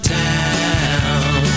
town